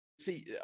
see